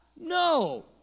No